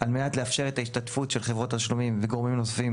על מנת לאפשר את ההשתתפות של חברות התשלומים וגורמים נוספים